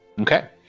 Okay